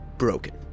broken